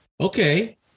Okay